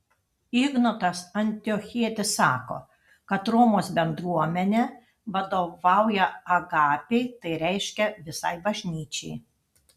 ignotas antiochietis sako kad romos bendruomenė vadovauja agapei tai reiškia visai bažnyčiai